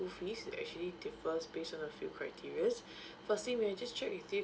school fees they are actually differ based on a few criterias firstly may I just check with you